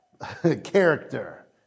character